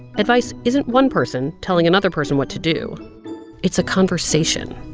advice isn't one person telling another person what to do it's a conversation,